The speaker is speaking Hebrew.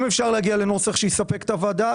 אם אפשר להגיע לנוסח שיספק את הוועדה,